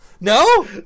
no